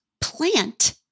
plant